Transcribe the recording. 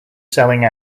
selling